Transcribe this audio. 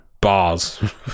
bars